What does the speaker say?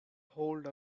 hold